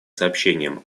сообщениям